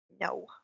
No